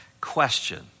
Question